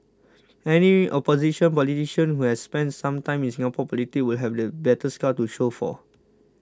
any opposition politician who has spent some time in Singapore politics will have the battle scars to show for